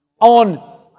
on